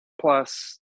plus